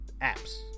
apps